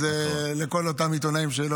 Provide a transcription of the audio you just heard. אז לכל אותם עיתונאים,